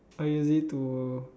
I use it to